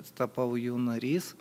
tapau jų narys